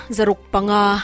Zarukpanga